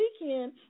weekend